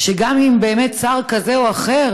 וגם אם באמת שר כזה או אחר